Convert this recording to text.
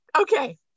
Okay